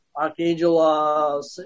archangel